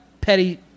petty